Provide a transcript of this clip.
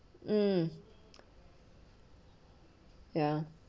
mm ya